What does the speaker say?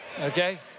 okay